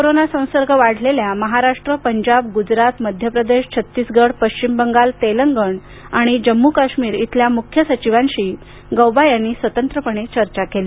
corona संसर्ग वाढलेल्या महाराष्टू पंजाब गुजरात मध्य प्रदेश छत्तीसगड पश्चिम बंगाल तेलंगण आणि जम्मू काश्मीरच्या इथल्या मुख्य सचिवांशी गौबा यांनी स्वतंत्रपणे चर्चा केली